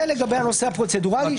זה לגבי הנושא הפרוצדורלי.